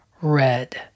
red